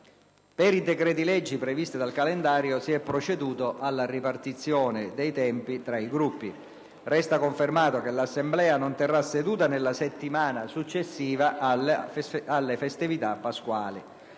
Per i decreti-legge previsti dal calendario si è proceduto alla ripartizione dei tempi tra i Gruppi. Resta confermato che l'Assemblea non terrà seduta nella settimana successiva alle festività pasquali.